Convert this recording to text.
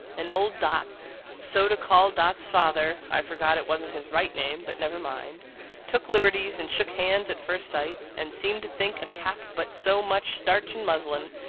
and old dot so to call dot's father, i forgot it wasn't his right name, but never mind took liberties, and shook hands at first sight, and seemed to think a cap but so much starch and muslin,